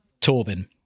Torben